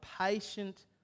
patient